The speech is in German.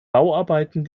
bauarbeiten